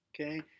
okay